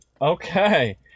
Okay